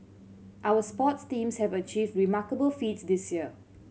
our sports teams have achieved remarkable feats this year